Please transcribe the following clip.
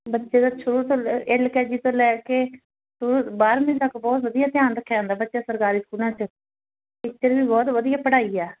ਬੱਚੇ ਦਾ ਸ਼ੁਰੂ ਤੋਂ ਲ ਐੱਲ ਕੇ ਜੀ ਤੋਂ ਲੈ ਕੇ ਬਾਹਰਵੀਂ ਤੱਕ ਬਹੁਤ ਵਧੀਆ ਧਿਆਨ ਰੱਖਿਆ ਜਾਂਦਾ ਬੱਚੇ ਸਰਕਾਰੀ ਸਕੂਲਾਂ 'ਚ ਟੀਚਰ ਵੀ ਬਹੁਤ ਵਧੀਆ ਪੜ੍ਹਾਈ ਆ